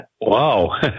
Wow